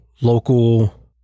local